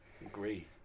Agree